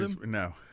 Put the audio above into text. No